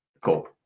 cool